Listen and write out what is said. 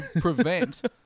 prevent